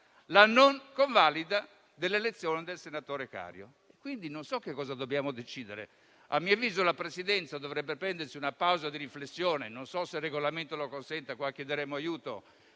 la non convalida dell'elezione del senatore Cario. Quindi non so cosa dobbiamo decidere. A mio avviso la Presidenza dovrebbe prendersi una pausa di riflessione; non so se il Regolamento lo consente, chiederemo aiuto